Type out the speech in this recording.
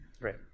Right